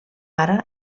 ara